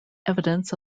evidence